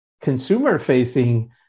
consumer-facing